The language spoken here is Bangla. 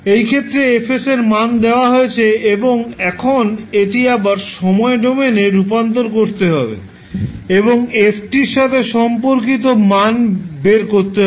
এই ক্ষেত্রে F এর মান দেওয়া হয়েছে এবং এখন এটি আবার সময় ডোমেনে রূপান্তর করতে হবে এবং f এর সাথে সম্পর্কিত মান বের করতে হবে